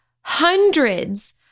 hundreds